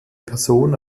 person